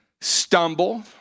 stumble